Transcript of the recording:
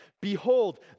Behold